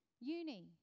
Uni